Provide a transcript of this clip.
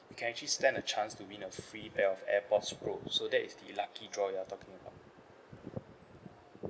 you can actually stand a chance to win a free pair of airpod pro so that is the lucky draw you are talking about